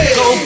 go